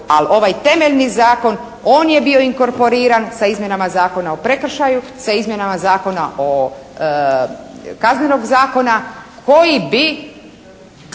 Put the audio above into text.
ali ovaj temeljni zakon on je bio inkorporiran sa izmjenama Zakona o prekršaju, sa izmjenama Kaznenog zakona koji bi